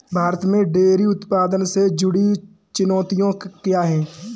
भारत में डेयरी उत्पादन से जुड़ी चुनौतियां क्या हैं?